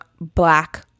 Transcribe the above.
black